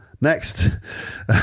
Next